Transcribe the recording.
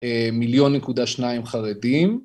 מיליון נקודה שניים חרדים